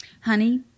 honey